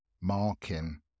Marking